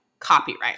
copyright